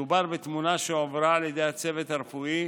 מדובר בתמונה שהועברה על ידי הצוות הרפואי